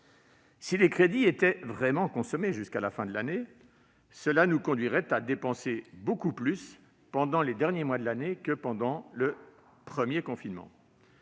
Si ces crédits étaient vraiment consommés jusqu'à la fin de l'année, cela nous conduirait à dépenser beaucoup plus pendant les derniers mois de l'année que pendant le premier confinement.